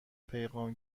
پیغام